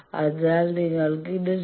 അതിനാൽ നിങ്ങൾ ഇത് 0